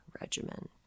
regimen